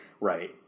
Right